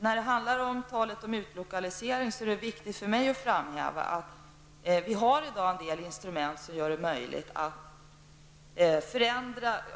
När vi talar om utlokalisering är det viktigt för mig att framhäva att vi i dag har instrument som gör det möjligt att flytta verksamheter.